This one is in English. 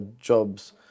jobs